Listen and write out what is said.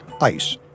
ice